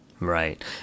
Right